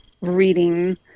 reading